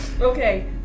Okay